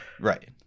right